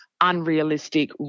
unrealistic